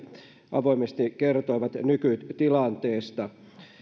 avoimesti kertoivat nykytilanteesta